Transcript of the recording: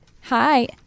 hi